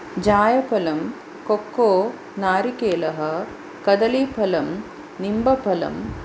जायफलं कोक्को नारिकेलः कदलीफलं निम्बफलं